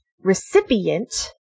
recipient